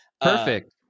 Perfect